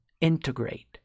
integrate